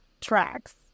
tracks